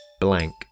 blank